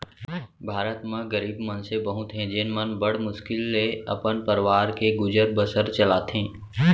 भारत म गरीब मनसे बहुत हें जेन मन बड़ मुस्कुल ले अपन परवार के गुजर बसर चलाथें